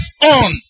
on